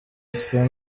isa